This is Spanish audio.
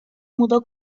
mudó